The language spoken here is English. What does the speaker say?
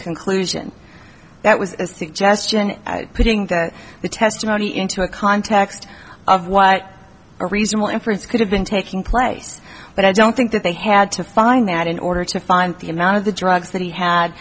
conclusion that was a suggestion by putting that the testimony into a context of what a reason why it could have been taking place but i don't think that they had to find that in order to find the amount of the drugs that he had